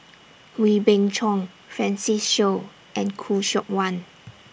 Wee Beng Chong Francis Seow and Khoo Seok Wan